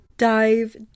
Dive